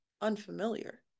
unfamiliar